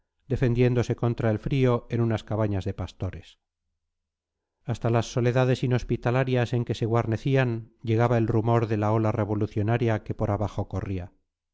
defendiéndose contra el frío en unas cabañas de pastores hasta las soledades inhospitalarias en que se guarnecían llegaba el rumor de la ola revolucionaria que por abajo corría